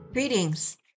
Greetings